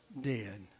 dead